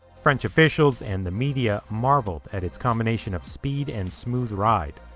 french officials and the media marveled at its combination of speed and smooth ride.